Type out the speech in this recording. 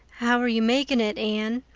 how are you making it, anne?